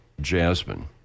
Jasmine